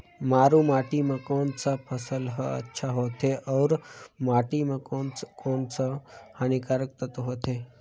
मारू माटी मां कोन सा फसल ह अच्छा होथे अउर माटी म कोन कोन स हानिकारक तत्व होथे?